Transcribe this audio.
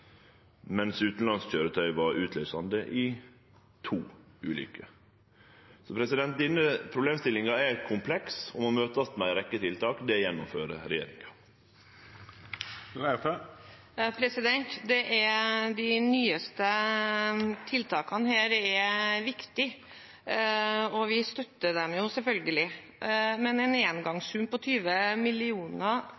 i 2 ulykker. Denne problemstillinga er kompleks og må møtast med ei rekkje tiltak. Det gjennomfører regjeringa. De nyeste tiltakene er viktige, og vi støtter dem selvfølgelig, men en